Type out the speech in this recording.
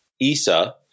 ISA